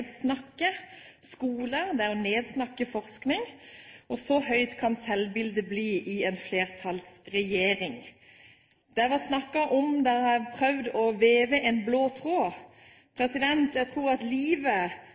skole og snakke ned forskning. Så høyt kan selvbildet bli i en flertallsregjering. Det har vært snakket om at man bør prøve å veve en blå tråd.